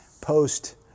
Post